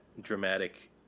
dramatic